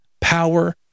power